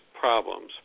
problems